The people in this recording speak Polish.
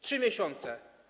3 miesiące.